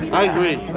i agree.